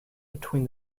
between